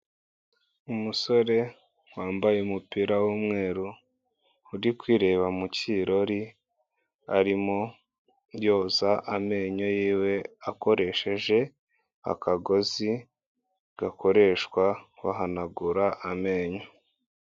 Umusore wambaye umupira w'umweru uri kwireba mu kirori, arimo yoza amenyo yiwe akoresheje akagozi gakoreshwa bahanagura amenyo.